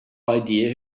idea